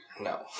No